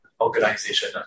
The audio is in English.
organization